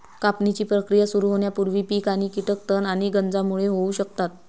कापणीची प्रक्रिया सुरू होण्यापूर्वी पीक आणि कीटक तण आणि गंजांमुळे होऊ शकतात